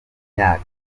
myaka